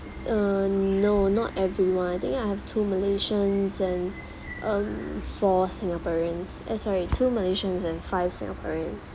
uh no not everyone I think I have two malaysians and um four singaporeans eh sorry two malaysians and five singaporeans